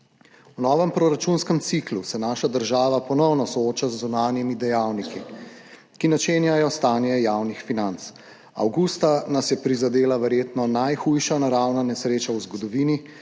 V novem proračunskem ciklu se naša država ponovno sooča z zunanjimi dejavniki, ki načenjajo stanje javnih financ. Avgusta nas je prizadela verjetno najhujša naravna nesreča v zgodovini,